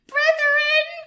Brethren